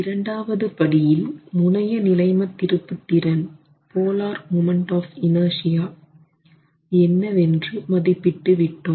இரண்டாவது படியில் முனையநிலைமத் திருப்புத்திறன் என்னவென்று மதிப்பிட்டு விட்டோம்